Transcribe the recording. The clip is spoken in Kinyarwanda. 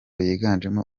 yiganjemo